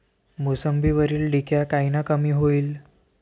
मोसंबीवरील डिक्या कायनं कमी होईल?